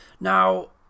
Now